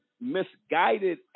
misguided